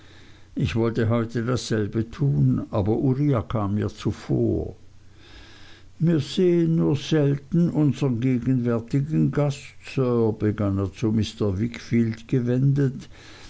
ich wollte heute dasselbe tun aber uriah kam mir zuvor mir sehen nur selten unsern gegenwärtigen gast sir begann er zu mr wickfield gewendet